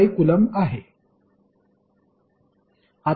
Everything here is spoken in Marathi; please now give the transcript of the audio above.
5 कुलम्ब आहे